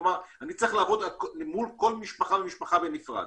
כלומר אני צריך לעבוד מול כל משפחה ומשפחה בנפרד.